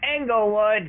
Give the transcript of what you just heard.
Englewood